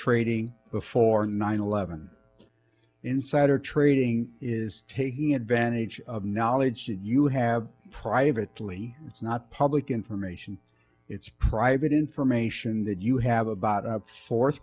trading before nine eleven insider trading is taking advantage of knowledge that you have privately it's not public information it's private information that you have about a source